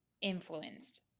influenced